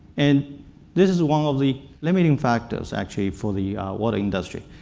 and this is one of the limiting factors actually for the water industry.